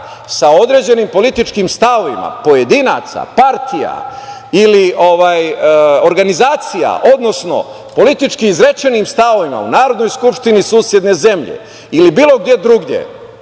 sa određenim političkim stavovima pojedinaca, partija ili organizacija, odnosno politički izrečenim stavovima u Narodnoj skupštini susedne zemlje ili bilo gde drugo,